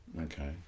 Okay